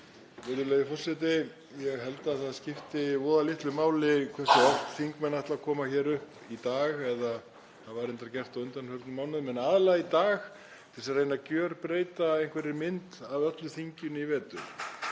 Virðulegi forseti. Ég held að það skipti voða litlu máli hversu oft þingmenn ætla að koma hér upp í dag, eða hafa reyndar gert á undanförnum mánuðum en aðallega í dag, til að reyna að gjörbreyta einhverri mynd af öllu þinginu í vetur.